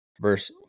verse